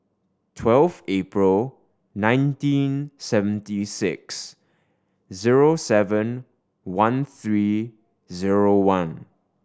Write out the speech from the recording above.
twelve April nineteen seventy six zero seven one three zero one